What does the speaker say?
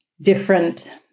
different